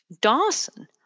Dawson